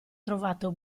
trovato